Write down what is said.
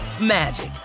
magic